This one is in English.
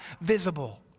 visible